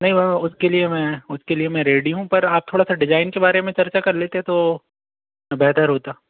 नहीं मैं उसके लिए मैं उसके लिए मैं रेडी हूँ पर आप थोड़ा सा डिजाइन के बारे में चर्चा कर लेते तो बेहतर होता